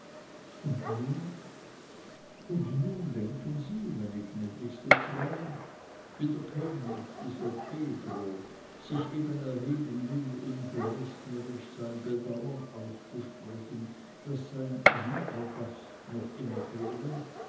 und nun und nun denken sie meine gnädigste frau wie der könig dieser pedro sich eben erheben will um gleisnerisch sein bedauern auszusprechen daß sein lieber gast noch immer fehle